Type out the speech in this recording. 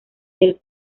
del